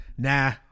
Nah